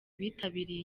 bitabiriye